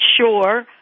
sure